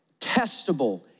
testable